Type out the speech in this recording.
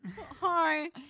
hi